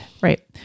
right